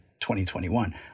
2021